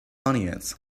onions